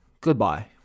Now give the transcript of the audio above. Goodbye